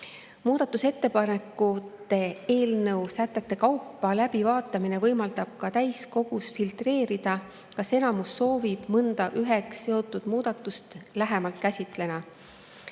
muudatusettepanekute läbivaatamine võimaldab ka täiskogus filtreerida, kas enamus soovib mõnda üheks seotud muudatust lähemalt käsitleda.